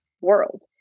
world